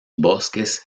bosques